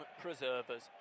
preservers